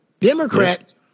Democrats